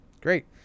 Great